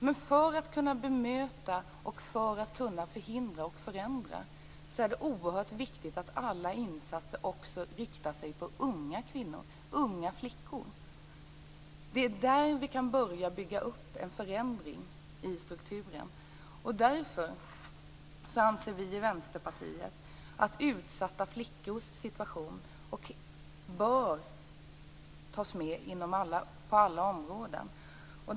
Men för att kunna bemöta, förhindra och förändra är det oerhört viktigt att alla insatser också riktar in sig på unga kvinnor, unga flickor. Det är där vi kan börja bygga upp en förändring i strukturen. Därför anser vi i Vänsterpartiet att utsatta flickors situation bör tas med på alla områden.